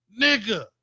Nigga